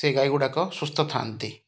ସେ ଗାଈ ଗୁଡ଼ାକ ସୁସ୍ଥ ଥାଆନ୍ତି